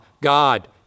God